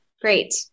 Great